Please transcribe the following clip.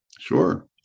Sure